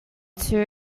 too